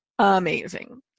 amazing